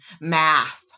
math